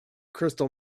crystal